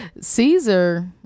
Caesar